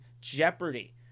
jeopardy